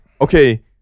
okay